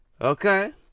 Okay